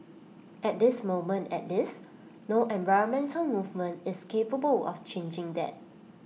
at this moment at least no environmental movement is capable of changing that